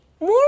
More